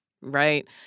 right